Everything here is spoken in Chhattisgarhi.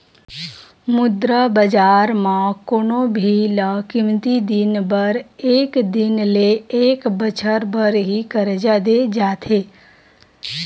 मुद्रा बजार म कोनो भी ल कमती दिन बर एक दिन ले एक बछर बर ही करजा देय जाथे